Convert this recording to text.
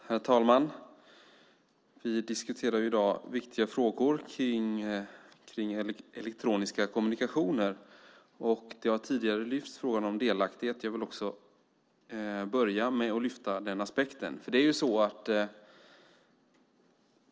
Herr talman! Vi diskuterar i dag viktiga frågor kring elektroniska kommunikationer. Frågan om delaktighet har lyfts upp tidigare, och jag vill också börja med att lyfta upp den aspekten.